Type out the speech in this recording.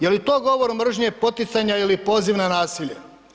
Jel i to govor mržnje poticanja ili poziva na nasilje?